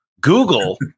Google